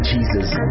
Jesus